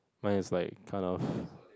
mine is like kind of